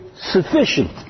sufficient